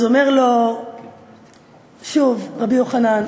אז אומר לו שוב רבי יוחנן,